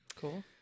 cool